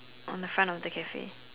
on the front of the Cafe